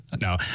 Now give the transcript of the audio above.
No